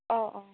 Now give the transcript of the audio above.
অ অ